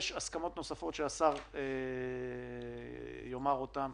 יש הסכמות נוספות שהשר יאמר אותן,